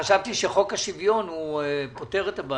חשבתי שחוק השוויון פותר את הבעיה.